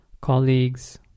colleagues